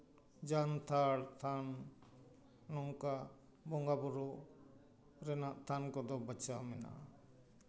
ᱡᱟᱱᱛᱷᱟᱲ ᱛᱷᱟᱱ ᱱᱚᱝᱠᱟ ᱵᱚᱸᱜᱟ ᱵᱳᱨᱳ ᱨᱮᱱᱟᱜ ᱛᱷᱟᱱ ᱠᱚᱫᱚ ᱵᱟᱪᱷᱟᱣ ᱢᱮᱱᱟᱜᱼᱟ